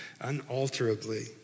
unalterably